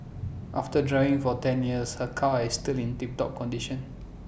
after driving for ten years her car is still in tip top condition